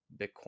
bitcoin